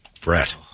Brett